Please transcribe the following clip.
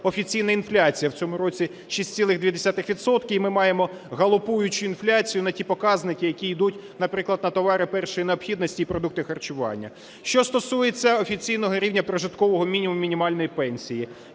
офіційна інфляція в цьому році 6,2 відсотка і ми маємо галопуючу інфляцію на ті показники, які йдуть, наприклад, на товари першої необхідності і продукти харчування. Що стосується офіційного рівня прожиткового мінімуму, мінімальної пенсії.